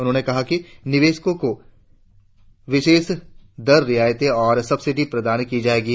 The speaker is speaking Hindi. उन्होंने कहा कि निवेशकों को विशेष कर रियायतें और सब्सिडी प्रदान की जाएंगी